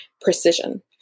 precision